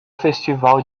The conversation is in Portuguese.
festival